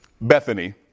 Bethany